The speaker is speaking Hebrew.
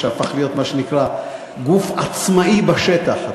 שהפכה להיות מה שנקרא גוף עצמאי בשטח.